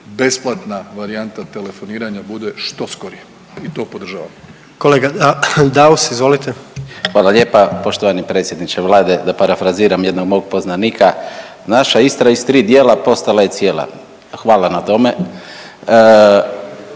besplatna varijanta telefoniranja bude što skorija. I to podržavamo. **Jandroković, Gordan (HDZ)** Kolega Daus, izvolite. **Daus, Emil (IDS)** Hvala lijepa. Poštovani predsjedniče Vlade, da parafraziram jednog mog poznanika naša Istra iz 3 dijela postala je cijela. Hvala na tome.